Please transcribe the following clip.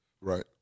right